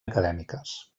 acadèmiques